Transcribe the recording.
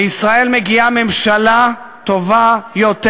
לישראל מגיעה ממשלה טובה יותר,